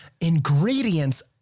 ingredients